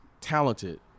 talented